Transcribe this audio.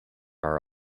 are